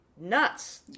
nuts